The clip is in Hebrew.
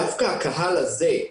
דווקא הקהל הזה,